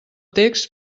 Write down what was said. text